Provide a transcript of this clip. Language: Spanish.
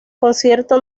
concierto